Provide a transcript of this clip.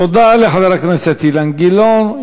תודה לחבר הכנסת אילן גילאון.